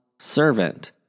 servant